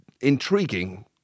intriguing